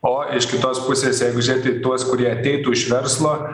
o iš kitos pusės jeigu žiūrėti į tuos kurie ateitų iš verslo